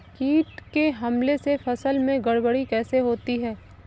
कीट के हमले से फसल में गड़बड़ी कैसे होती है?